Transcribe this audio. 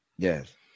Yes